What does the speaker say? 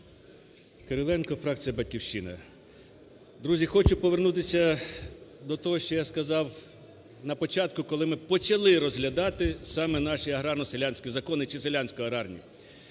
Кириленко, фракція "Батьківщина". Друзі, хочу повернутися до того, що я сказав на початку, коли ми почали розглядати саме наші аграрно-селянські закони, чи селянсько-аграрні.